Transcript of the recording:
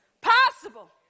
possible